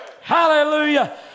Hallelujah